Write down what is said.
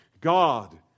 God